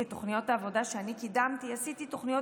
בתוכניות העבודה שאני קידמתי עשיתי תוכניות